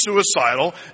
suicidal